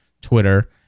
Twitter